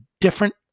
different